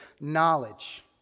knowledge